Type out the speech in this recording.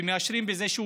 בזה,